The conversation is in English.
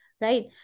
Right